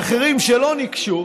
האחרים, שלא ניגשו